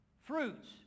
Fruits